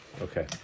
Okay